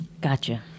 Gotcha